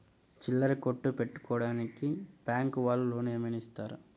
చిల్లర కొట్టు పెట్టుకోడానికి బ్యాంకు వాళ్ళు లోన్ ఏమైనా ఇస్తారా?